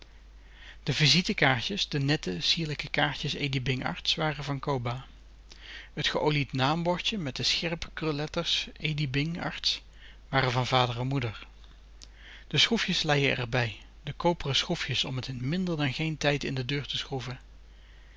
de visitekaartjes de nette sierlijke kaartjes e d i b i n g arts waren van coba het geolied naambordje met de scherpe krulletters e d i b i n g a r t s waren van vader en moeder de schroefjes leien erbij de koperen schroefjes om het in minder dan geen tijd in de deur te schroeven